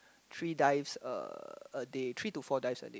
three dives a a day three to four dives a day